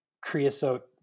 creosote